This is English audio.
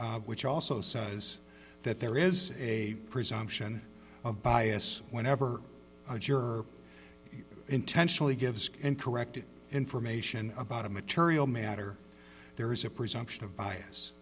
colombo which also says that there is a presumption of bias whenever a juror intentionally gives incorrect information about a material matter there is a presumption of bias